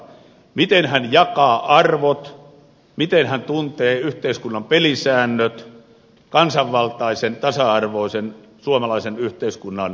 miten hän jakaa arvot miten hän tuntee yhteiskunnan pelisäännöt kansanvaltaisen tasa arvoisen suomalaisen yhteiskunnan perustan